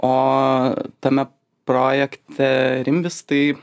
o tame projekte rimvis tai